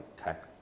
tech